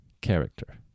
character